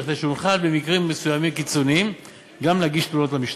כדי שנוכל במקרים מסוימים קיצוניים גם להגיש תלונות למשטרה.